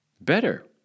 better